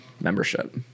membership